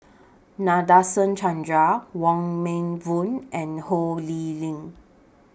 Nadasen Chandra Wong Meng Voon and Ho Lee Ling